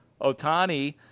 Otani